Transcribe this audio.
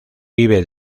vive